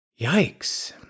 yikes